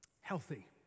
healthy